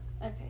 Okay